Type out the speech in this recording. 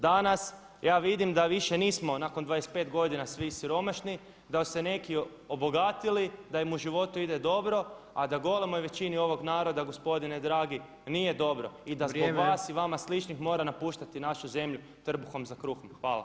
Danas ja vidim da više nismo nakon 25 godina svi siromašni, da su se neki obogatili, da im u životu ide dobro, a da golemoj većini ovog naroda gospodine dragi nije dobro i da zbog vas i vama sličnih mora napuštati našu zemlju trbuhom za kruhom.